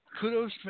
kudos